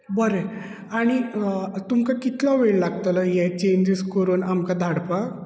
बरें आनी आनी तुमका कितलो वेळ लागतलो ही हे चेंजीस करून आमकां धाडपाक